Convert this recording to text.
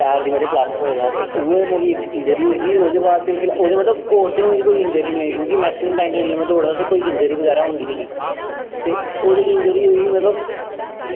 पैर गी मेरे प्लासटर होए दा हा के उ'यै मेरी इक इंजरी ही ओह्दे बाद होर ओह्दे मतलब होर ते मेरी कोई इंजरी निं होई क्योंकि मैकसिमम टाइम दे बेल्लै दौड़ेआ ते इंजरी बगैरा होंदी नेईं ही ते ओह् जेह्ड़ी इंजरी होई ही मतलब